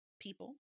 people